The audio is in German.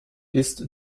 ist